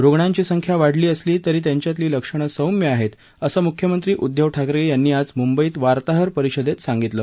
रुग्णांची संख्या वाढली असली तरी त्यांच्यातली लक्षणं सौम्य आहेत असं मुख्यमंत्री उद्दव ठाकरे यांनी आज मुंबईत वार्ताहर परिषदेत सांगितलं